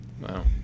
wow